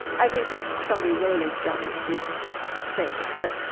i think if somebody really was drowning, she'd save them. but,